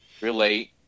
relate